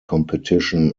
competition